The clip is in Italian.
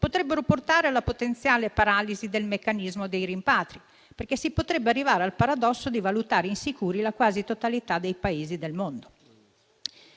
potrebbero portare alla potenziale paralisi del meccanismo dei rimpatri, perché si potrebbe arrivare al paradosso di valutare insicuri la quasi totalità dei Paesi del mondo.